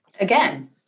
Again